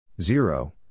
Zero